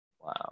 Wow